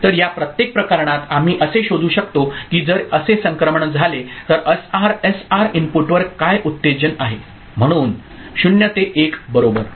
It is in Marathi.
तर या प्रत्येक प्रकरणात आम्ही असे शोधू शकतो की जर असे संक्रमण झाले तर एसआर इनपुटवर काय उत्तेजन आहे म्हणून 0 ते 1 बरोबर